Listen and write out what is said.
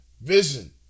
Vision